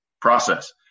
process